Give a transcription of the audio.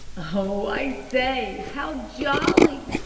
oh, i say, how jolly!